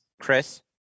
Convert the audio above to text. Chris